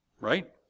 right